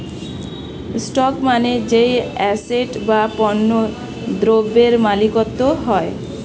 stock মানে যেই asset বা পণ্য দ্রব্যের মালিকত্ব হয়